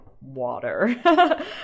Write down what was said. water